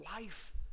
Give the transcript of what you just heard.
life